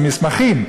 עם מסמכים.